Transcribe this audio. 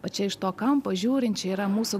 va čia iš to kampo žiūrint čia yra mūsų